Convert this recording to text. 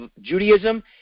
Judaism